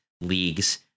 leagues